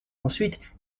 ensuite